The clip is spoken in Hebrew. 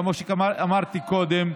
כמו שאמרתי קודם,